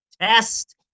test